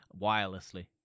wirelessly